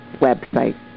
website